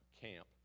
camp